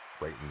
right